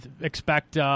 expect